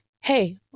hey